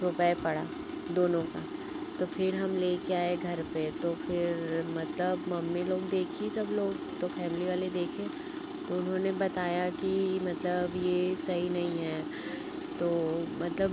रुपये पड़ा दोनों का तो फिर हम लेकर आए घर पर तो फिर मतलब मम्मी लोग देखी सब लोग तो फ़ैमिली वाले देखे तो उन्होंने बताया कि मतलब यह सही नहीं है तो मतलब